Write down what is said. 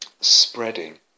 spreading